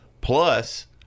Plus